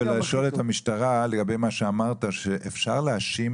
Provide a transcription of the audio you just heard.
ולשאול את המשטרה לגבי מה שאמרת אפשר להאשים